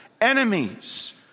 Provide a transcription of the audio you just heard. enemies